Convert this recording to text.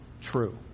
true